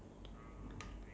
white apa